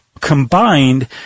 combined